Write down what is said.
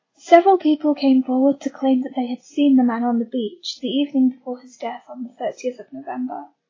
several people came forward to claim that they had seen the man on the beach the evening before his death on thirtieth november.